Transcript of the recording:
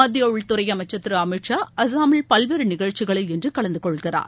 மத்திய உள்துறை அமைச்சர் திரு அமித் ஷா அஸ்ஸாமில் பல்வேற நிகழ்ச்சிகளில் இன்று கலந்து கொள்கிறார்